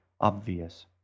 Obvious